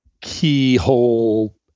keyhole